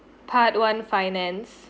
part one finance